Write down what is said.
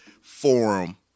forum